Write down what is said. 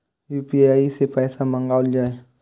UPI सै पैसा मंगाउल जाय?